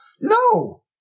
no